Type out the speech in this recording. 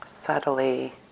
Subtly